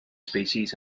species